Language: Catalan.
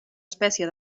espècie